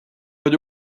but